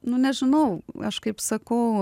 nu nežinau aš kaip sakau